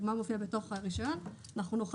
אנחנו נשמח